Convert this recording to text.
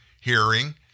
hearing